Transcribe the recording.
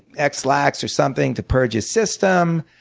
ex lax or something to purge his system,